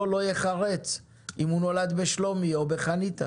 לא ייחרץ אם הוא נולד בשלומי או בחניתה.